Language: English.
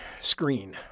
screen